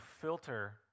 filter